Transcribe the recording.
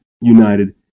united